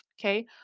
okay